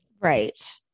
Right